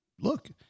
look